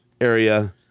area